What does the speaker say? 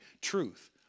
truth